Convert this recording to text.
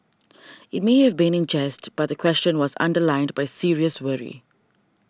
it may have been in jest but the question was underlined by serious worry